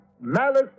Malice